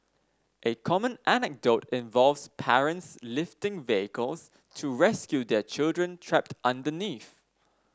a common anecdote involves parents lifting vehicles to rescue their children trapped underneath